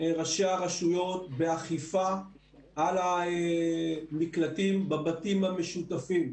ראשי הרשויות באכיפה על המקלטים בבתים המשותפים.